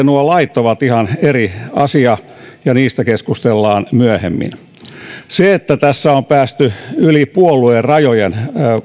nuo lait ovat ihan eri asia ja niistä keskustellaan myöhemmin se että tässä on päästy yli puoluerajojen